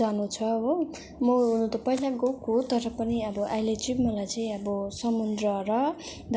जानु छ हो म पहिला गएको तर पनि अब अहिले चाहिँ मलाई चाहिँ अब समुद्र र